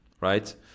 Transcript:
Right